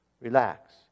Relax